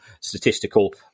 statistical